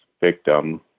victim